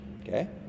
Okay